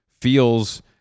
feels